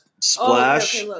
splash